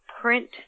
print